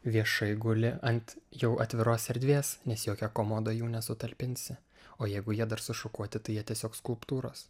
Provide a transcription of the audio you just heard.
viešai guli ant jau atviros erdvės nes į jokią komodą jų nesutalpinsi o jeigu jie dar sušukuoti tai jie tiesiog skulptūros